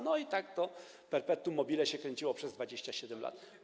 No i tak to perpetuum mobile się kręciło przez 27 lat.